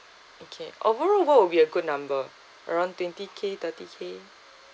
okay overall what would be a good number around twenty K thirty K